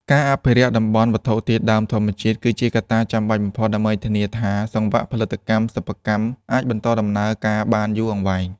ការអភិរក្សតំបន់វត្ថុធាតុដើមធម្មជាតិ គឺជាកត្តាចាំបាច់បំផុតដើម្បីធានាថា សង្វាក់ផលិតកម្មសិប្បកម្មអាចបន្តដំណើរការបានយូរអង្វែង។